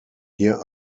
here